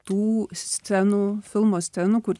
tų scenų filmo scenų kur